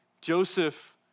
Joseph